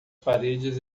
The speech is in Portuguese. paredes